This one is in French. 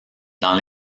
dans